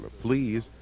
Please